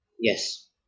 Yes